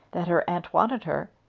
that her aunt wanted her,